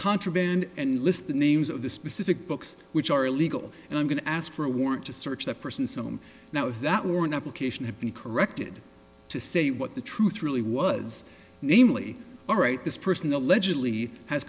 contraband and list the names of the specific books which are illegal and i'm going to ask for a warrant to search that person's home now if that warrant application had been corrected to say what the truth really was namely all right this person